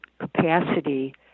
capacity